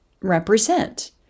represent